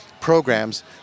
programs